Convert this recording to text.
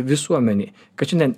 visuomenėj kad šiandien